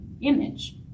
image